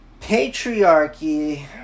Patriarchy